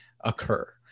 occur